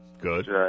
Good